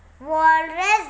walrus